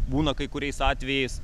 būna kai kuriais atvejais